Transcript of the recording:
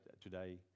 today